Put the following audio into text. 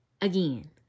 Again